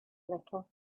little